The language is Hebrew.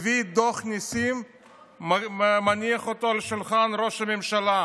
הביא את דוח נסים והניח אותו על שולחן ראש הממשלה.